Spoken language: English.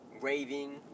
raving